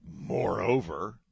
moreover